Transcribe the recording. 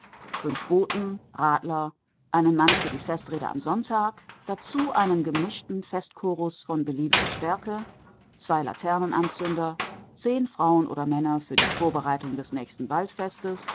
fünf boten radler einen mann für die festrede am sonntag dazu einen gemischten festchorus von beliebiger stärke zwei laternenanzünder zehn frauen oder männer für die vorbereitung des nächsten